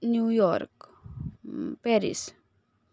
New York Paris